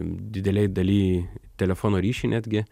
didelėj daly telefono ryšį netgi